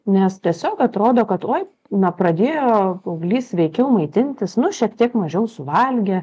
nes tiesiog atrodo kad oi na pradėjo paauglys sveikiau maitintis nu šiek tiek mažiau suvalgė